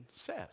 says